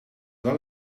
wel